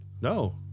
No